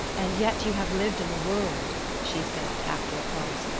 and yet you have lived in the world she said after a pause,